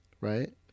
Right